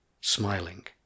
smiling